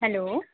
hello